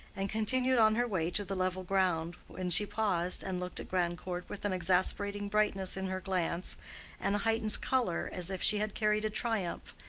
and continued on her way to the level ground, when she paused and looked at grandcourt with an exasperating brightness in her glance and a heightened color, as if she had carried a triumph,